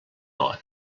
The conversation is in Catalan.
hora